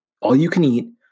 All-you-can-eat